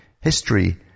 History